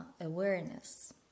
awareness